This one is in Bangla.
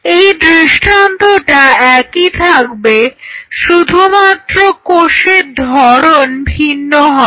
এই দৃষ্টান্তটা একই থাকবে শুধুমাত্র কোষের ধরন ভিন্ন হবে